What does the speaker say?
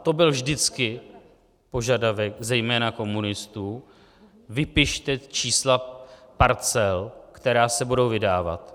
To byl vždycky požadavek zejména komunistů vypište čísla parcel, která se budou vydávat.